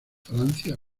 francia